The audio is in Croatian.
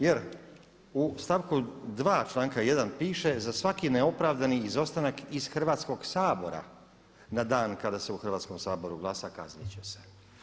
Jer u stavku 2. članka 1. piše za svaki neopravdani izostanak iz Hrvatskoga sabora na dan kada se u Hrvatskom saboru glasa kazniti će se.